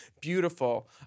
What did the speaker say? Beautiful